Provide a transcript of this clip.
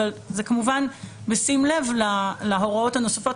אבל זה כמובן בשים לב להוראות הנוספות,